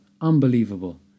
Unbelievable